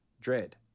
Dread